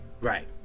Right